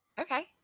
Okay